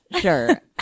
Sure